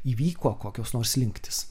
įvyko kokios nors slinktis